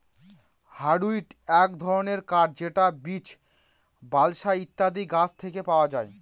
hardwood এক ধরনের কাঠ যেটা বীচ, বালসা ইত্যাদি গাছ থেকে পাওয়া যায়